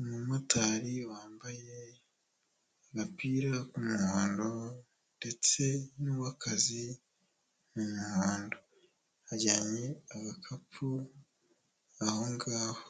Umumotari wambaye agapira k'umuhondo, ndetse n'uw'akazi mu muhondo. Ajyanye agakapu ahongaho.